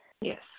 Yes